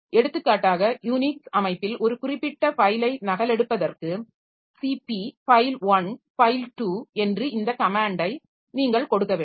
எடுத்துக்காட்டாக யூனிக்ஸ் அமைப்பில் ஒரு குறிப்பிட்ட ஃபைலை நகலெடுப்பதற்கு CP ஃபைல் 1 ஃபைல் 2 என்று இந்த கமேன்டை நீங்கள் கொடுக்க வேண்டும்